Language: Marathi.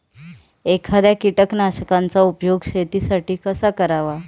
एखाद्या कीटकनाशकांचा उपयोग शेतीसाठी कसा करावा?